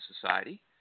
society